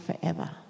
forever